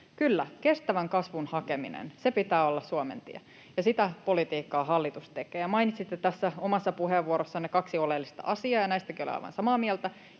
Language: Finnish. Kyllä, kestävän kasvun hakeminen — sen pitää olla Suomen tie, ja sitä politiikkaa hallitus tekee. Ja mainitsitte tässä omassa puheenvuorossanne kaksi oleellista asiaa, ja näistäkin olen aivan samaa mieltä: